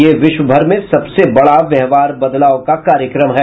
यह विश्वभर में सबसे बड़ा व्यवहार बदलाव का कार्यक्रम है